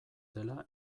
dela